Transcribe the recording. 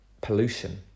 pollution